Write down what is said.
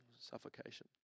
suffocation